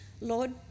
Lord